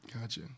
Gotcha